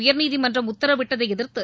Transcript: உயர்நீதிமன்றம் உத்தரவிட்டதை எதிர்த்து